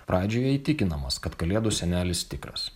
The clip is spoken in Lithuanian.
pradžioje įtikinamas kad kalėdų senelis tikras